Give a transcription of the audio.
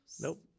nope